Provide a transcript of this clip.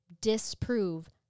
disprove